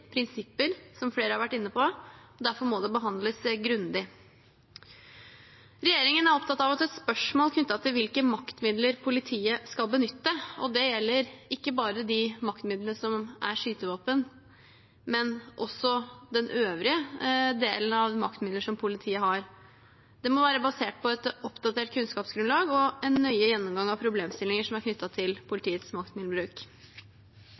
prinsipper, som flere har vært inne på, og derfor må det behandles grundig. Regjeringen er opptatt av spørsmål knyttet til hvilke maktmidler politiet skal benytte, og det gjelder ikke bare de maktmidlene som er skytevåpen, men også den øvrige delen av maktmidler som politiet har. Det må være basert på et oppdatert kunnskapsgrunnlag og en nøye gjennomgang av problemstillinger som er knyttet til